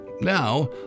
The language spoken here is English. Now